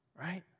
right